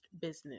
business